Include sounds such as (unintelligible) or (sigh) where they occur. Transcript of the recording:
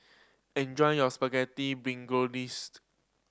enjoy your Spaghetti (unintelligible)